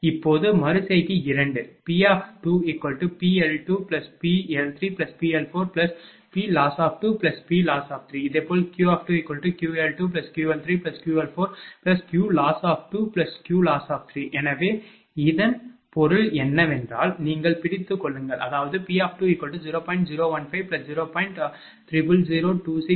இப்போது மறு செய்கை 2 P2PL2PL3PL4PLoss2PLoss3 இதேபோல் Q2QL2QL3QL4QLoss2QLoss3 எனவே இதன் பொருள் என்னவென்றால் நீங்கள் பிடித்துக் கொள்ளுங்கள் அதாவது P20